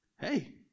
hey